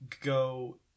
Go